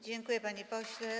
Dziękuję, panie pośle.